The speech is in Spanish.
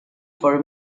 for